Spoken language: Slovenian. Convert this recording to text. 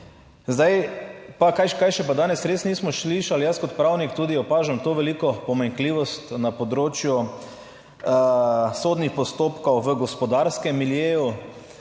Zdaj pa, kaj še pa danes res nismo slišali, jaz kot pravnik tudi opažam to veliko pomanjkljivost na področju sodnih postopkov v gospodarskem miljeju.